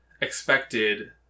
expected